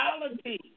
reality